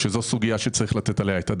שזו סוגיה שצריך לתת עליה את הדעת.